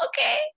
okay